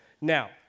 Now